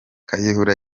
kayihura